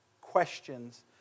questions